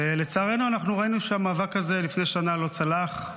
ולצערנו ראינו שהמאבק הזה לפני שנה לא צלח,